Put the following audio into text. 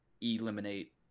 eliminate